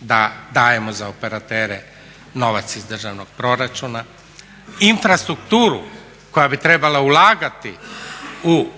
da dajemo za operatere novac iz državnog proračuna. Infrastrukturu koja bi trebala ulagati u